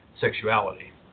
sexuality